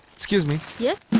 excuse me. yes.